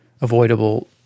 avoidable